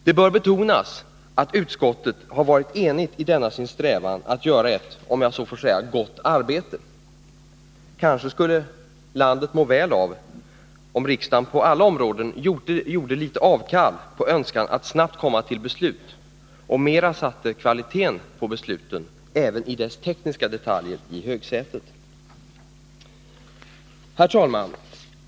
Det bör betonas att utskottet har varit enigt i denna sin strävan att göra ett, om jag får säga så, gott arbete. Kanske skulle landet må välav om riksdagen på alla områden något gjorde avkall på önskan att snabbt komma till beslut och mera satte kvaliteten på besluten, även i deras tekniska detaljer, i högsätet. Herr talman!